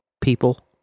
People